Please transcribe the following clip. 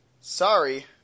Sorry